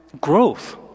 growth